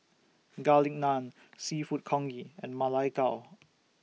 Garlic Naan Seafood Congee and Ma Lai Gao